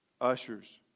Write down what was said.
ushers